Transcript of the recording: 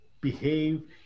behave